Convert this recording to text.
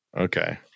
Okay